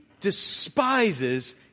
despises